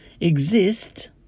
exist